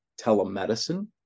telemedicine